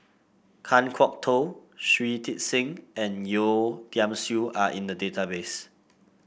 Kan Kwok Toh Shui Tit Sing and Yeo Tiam Siew are in the database